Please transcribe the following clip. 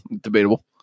debatable